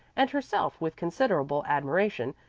and herself with considerable admiration,